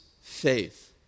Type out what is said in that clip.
faith